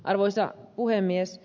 arvoisa puhemies